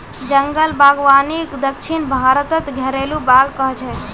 जंगल बागवानीक दक्षिण भारतत घरेलु बाग़ कह छे